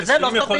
וזה לא קביל.